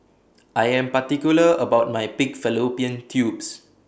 I Am particular about My Pig Fallopian Tubes